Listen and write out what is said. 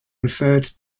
referred